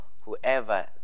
whoever